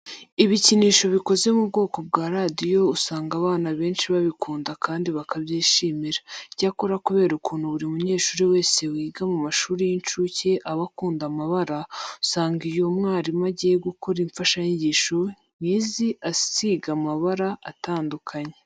Ibikinisho bikoze mu bwoko bwa radiyo usanga abana benshi babikunda kandi bakabyishimira. Icyakora kubera ukuntu buri munyeshuri wese wiga mu mashuri y'incuke aba akunda amabara, usanga iyo mwarimu agiye gukora imfashanyigisho nk'izi azisiga amabara atandukanye.